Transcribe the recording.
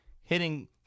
hitting